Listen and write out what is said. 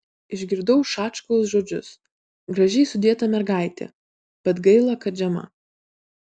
išgirdau šačkaus žodžius gražiai sudėta mergaitė bet gaila kad žema